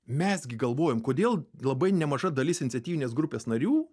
mes gi galvojam kodėl labai nemaža dalis iniciatyvinės grupės narių